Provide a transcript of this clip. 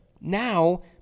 Now